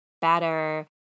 better